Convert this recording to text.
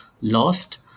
lost